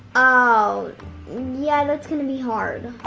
um yeah that's gonna be hard.